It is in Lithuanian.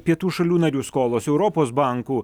pietų šalių narių skolos europos bankų